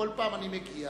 בכל פעם אני מגיע,